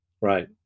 Right